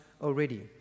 already